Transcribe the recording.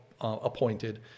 appointed